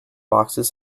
boxes